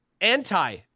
anti